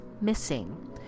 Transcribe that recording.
missing